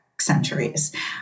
centuries